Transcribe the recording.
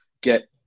get